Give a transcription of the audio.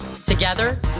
Together